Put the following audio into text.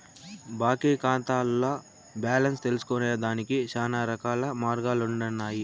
బాంకీ కాతాల్ల బాలెన్స్ తెల్సుకొనేదానికి శానారకాల మార్గాలుండన్నాయి